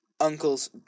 Uncle's